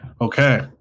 Okay